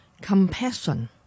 Compassion